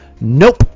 nope